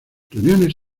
reuniones